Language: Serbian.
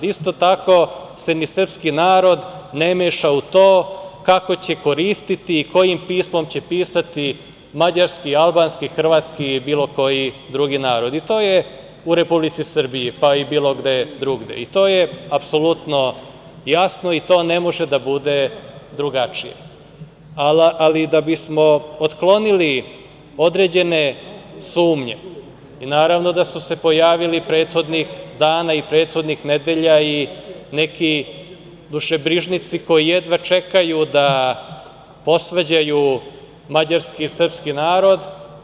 Isto tako se ni srpski narod ne meša u to kako će koristiti i kojim pismom će pisati mađarski, albanski, hrvatski ili bilo koji drugi narod i to je u Republici Srbiji, pa i bilo gde drugde i to je apsolutno jasno i to ne može da bude drugačije, ali da bismo otklonili određene sumnje, naravno da su se pojavili prethodnih dana i prethodnih nedelja neki dušebrižnici koji jedva čekaju da posvađaju mađarski i srpski narod.